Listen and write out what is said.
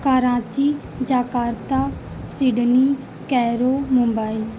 Karachi Jakarta Sydney Cairo Mumbai